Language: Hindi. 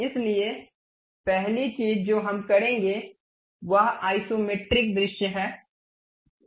इसलिए पहली चीज जो हम करेंगे वह आइसोमेट्रिक दृश्य है